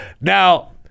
now